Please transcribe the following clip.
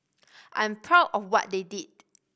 I'm proud of what they did